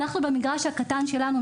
במגרש הקטן שלנו,